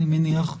אני מניח,